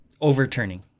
overturning